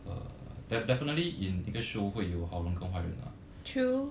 err that definitely in 一个 show 会有好人跟坏人啦